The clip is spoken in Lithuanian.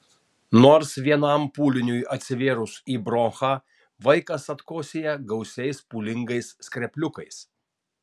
nors vienam pūliniui atsivėrus į bronchą vaikas atkosėja gausiais pūlingais skrepliukais